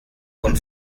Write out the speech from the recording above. und